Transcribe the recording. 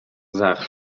زخم